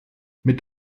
mit